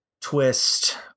twist